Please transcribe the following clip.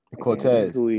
Cortez